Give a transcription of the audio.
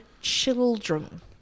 children